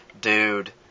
Dude